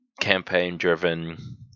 campaign-driven